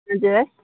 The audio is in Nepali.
हजुर